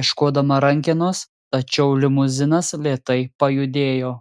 ieškodama rankenos tačiau limuzinas lėtai pajudėjo